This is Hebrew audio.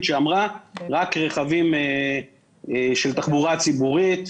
שאמרה: רק רכבים של תחבורה הציבורית,